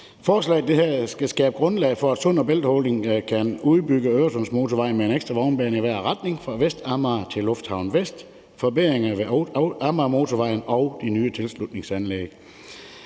Forslaget skal skabe grundlag for, at Sund & Bælt Holding kan udbygge Øresundsmotorvejen med en ekstra vognbane i hver retning fra Vestamager til Lufthavn Vest, og så er der forbedringer ved Amagermotorvejen og de nye tilslutningsanlæg.